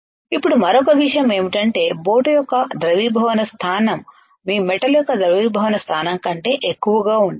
ఇప్పుడు మరొక విషయం ఏమిటంటే బోట్ యొక్క ద్రవీభవన స్థానం మీ మెటల్ యొక్క ద్రవీభవన స్థానం కంటే ఎక్కువగా ఉండాలి